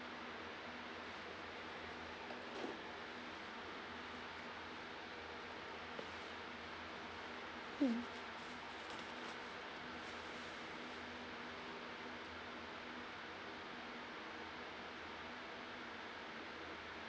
mm